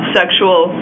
sexual